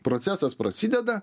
procesas prasideda